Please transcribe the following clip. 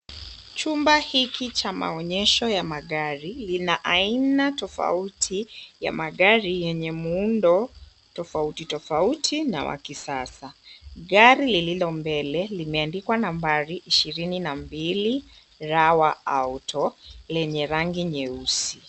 Chumba hiki cha maonyesho ya magari, lina aina tofauti ya magari yenye muundo tofauti tofauti na wa kisasa. Gari lililo mbele limeandikwa nambari 22 Rawa Auto lenye rangi nyeusi.